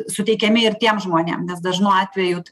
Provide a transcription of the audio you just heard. suteikiami ir tiem žmonėm nes dažnu atveju